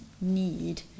Need